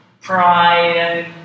pride